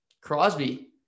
Crosby